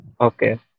Okay